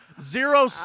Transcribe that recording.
Zero